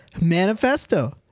manifesto